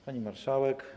Pani Marszałek!